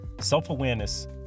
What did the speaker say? self-awareness